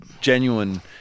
genuine